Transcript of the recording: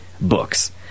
books